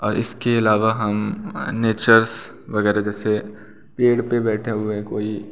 और इसके अलावा हम नेचर्स वग़ैरह जैसे पेड़ पर बैठा हुआ कोई